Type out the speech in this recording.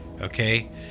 okay